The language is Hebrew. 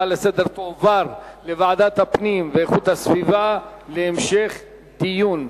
ההצעה לסדר-היום תועבר לוועדת הפנים והגנת הסביבה להמשך דיון.